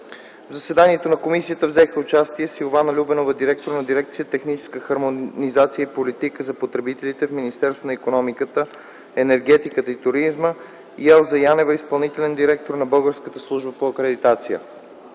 В заседанието на Комисията взеха участие Силвана Любенова – директор на дирекция „Техническа хармонизация и политика за потребителите” в Министерство на икономиката, енергетиката и туризма, и Елза Янева – изпълнителен директор на Българската служба по акредитация.